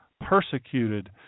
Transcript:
persecuted